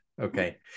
Okay